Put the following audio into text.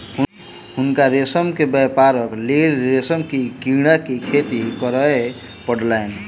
हुनका रेशम के व्यापारक लेल रेशम कीड़ा के खेती करअ पड़लैन